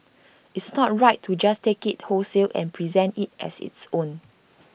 it's not right to just take IT wholesale and present IT as its own